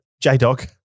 J-Dog